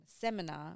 seminar